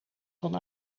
van